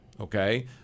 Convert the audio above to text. Okay